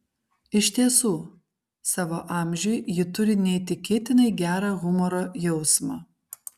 iš tiesų savo amžiui ji turi neįtikėtinai gerą humoro jausmą